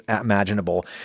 imaginable